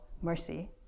mercy